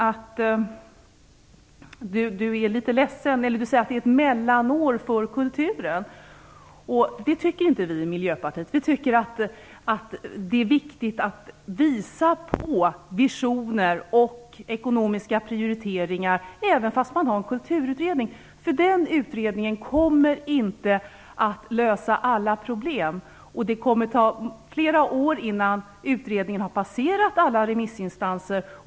Hon säger att det nu är ett mellanår för kulturen. Det tycker inte vi i Miljöpartiet. Vi tycker att det är viktigt att visa på visioner och ekonomiska prioriteringar även fast det finns en kulturutredning. Den utredningen kommer inte att lösa alla problem, och det kommer att ta flera år innan utredningens betänkande har passerat alla remissinstanser.